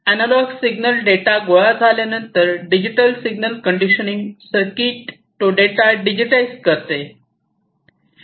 analogue signal data गोळा झाल्यानंतर digital signal conditioning circuit तो डेटा डीजिटाईझ करते